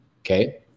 okay